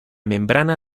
membrana